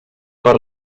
per